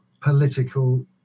political